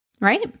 right